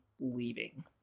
leaving